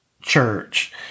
church